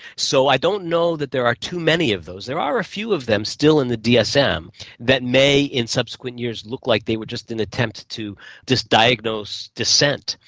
so i don't know that there are too many of those. there are a few of them still in the dsm that may in subsequent years look like they were just an attempt to just diagnose dissent.